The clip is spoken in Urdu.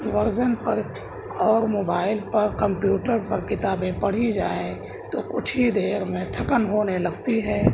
ورژن پر اور موبائل پر کمپیوٹر پر کتابیں پڑھی جائیں تو کچھ ہی دیر میں تھکن ہونے لگتی ہے